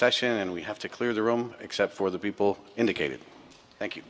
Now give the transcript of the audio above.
session and we have to clear the room except for the people indicated thank you